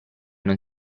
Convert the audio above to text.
non